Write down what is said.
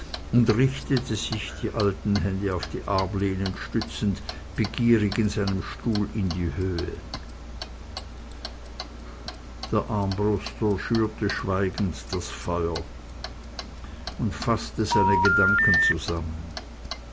und richtete sich die alten hände auf die armlehnen stützend begierig in seinem stuhl in die höhe der armbruster schürte schweigend das feuer und faßte seine gedanken zusammen